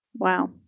Wow